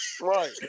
right